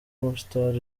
umustar